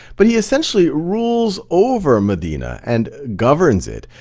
but he essentially rules over medina, and governs it.